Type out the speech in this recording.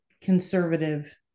conservative